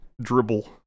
dribble